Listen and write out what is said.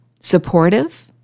supportive